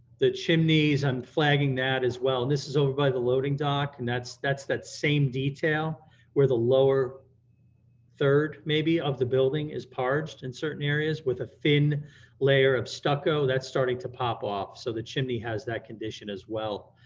the chimneys, i'm and flagging that as well, and this is over by the loading dock and that's that's that same detail where the lower third maybe of the building is parged in certain areas with a thin layer of stucco that's starting to pop off, so the chimney has that condition as well.